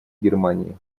германии